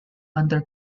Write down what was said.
under